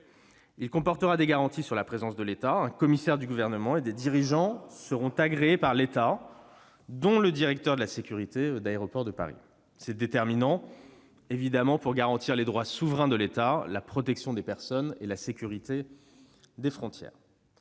Il comportera des garanties sur la présence de l'État : un commissaire du gouvernement et des dirigeants seront agréés par l'État, dont le directeur de la sécurité d'Aéroports de Paris. C'est évidemment déterminant pour garantir les droits souverains de l'État, la protection des personnes et la sécurité des frontières.